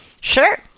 sure